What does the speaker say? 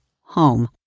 home